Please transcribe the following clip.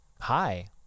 Hi